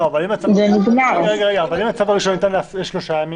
אבל, אם הצו הראשון ניתן לשלושה ימים?